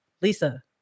Lisa